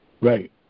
Right